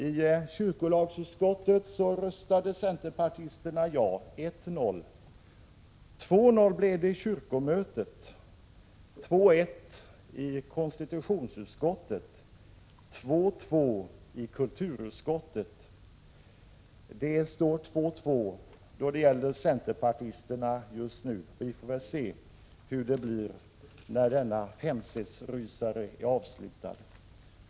I kyrkolagsutskottet röstade centerpartisterna ja: 1-0. 2-0 blev det i kyrkomötet, 2-1 i konstitutionsutskottet och 2-2 i kulturutskottet. Det står 2-2 då det gäller centerpartisterna just nu. Vi får väl se hur det blir när denna femsetsrysare är avslutad. Herr talman!